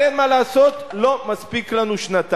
אבל אין מה לעשות, לא מספיקות לנו שנתיים.